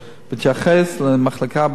1 2. בהתייחס למחלקה ב"סורוקה"